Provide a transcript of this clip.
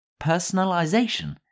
personalization